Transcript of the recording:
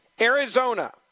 Arizona